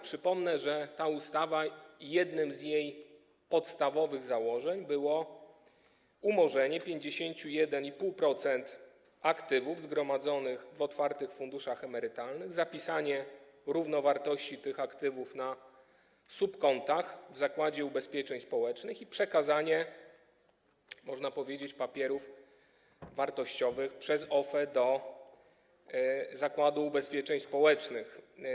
Przypomnę, że jednym z podstawowych założeń tej ustawy było umorzenie 51,5% aktywów zgromadzonych w otwartych funduszach emerytalnych, zapisanie równowartości tych aktywów na subkontach w Zakładzie Ubezpieczeń Społecznych i przekazanie, można powiedzieć, papierów wartościowych przez OFE do Zakładu Ubezpieczeń Społecznych.